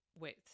width